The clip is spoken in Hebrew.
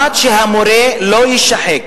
כדי שהמורה לא יישחק,